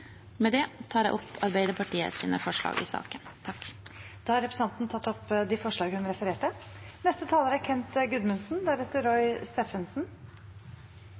Med det tar jeg opp de forslagene Arbeiderpartiet er med på å fremme i saken. Representanten Nina Sandberg har tatt opp de forslagene hun refererte til. Dagens debatt og kommende vedtak er